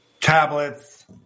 tablets